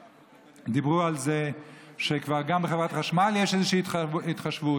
ודיברו על כך שגם בחברת חשמל יש כבר איזושהי התחשבות.